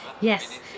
Yes